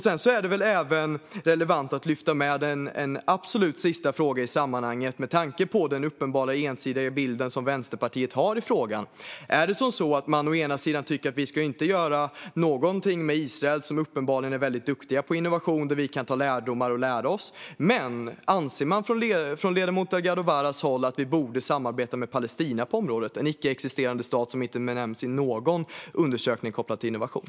Sedan är det väl även relevant att lyfta fram en absolut sista fråga i sammanhanget, med tanke på den ensidiga bild som Vänsterpartiet har i frågan: Tycker man att vi inte ska göra någonting med Israel, som uppenbarligen är väldigt duktigt på innovation, där vi kan få lärdomar? Anser man från ledamoten Delgado Varas håll att vi i stället borde samarbeta med Palestina på området, en icke existerande stat som inte nämns i någon undersökning kopplad till innovation?